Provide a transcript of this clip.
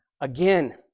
again